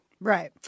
Right